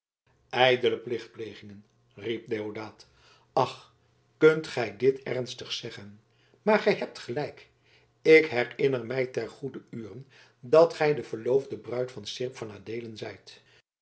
plichtplegingen riep deodaat ach kunt gij dit ernstig zeggen maar gij hebt gelijk ik herinner mij ter goeder ure dat gij de verloofde bruid van seerp van adeelen